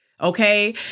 okay